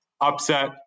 upset